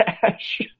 Cash